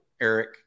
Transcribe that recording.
Eric